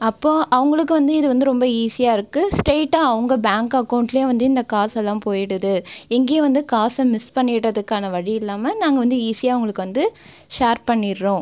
அப்போது அவர்களுக்கு வந்து இது வந்து ரொம்ப ஈஸியாக இருக்குது ஸ்ட்ரெயிட்டாக அவங்க பேங்க் அக்கௌண்ட்டிலே வந்து இந்த காசெல்லாம் போய்விடுது இங்கேயே வந்து காசை மிஸ் பண்ணிடுறதுக்கான வழி இல்லாமல் நாங்கள் வந்து ஈஸியாக அவர்களுக்கு வந்து ஷேர் பண்ணிவிடுறோம்